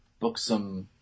booksome